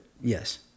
yes